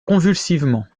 convulsivement